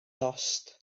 dost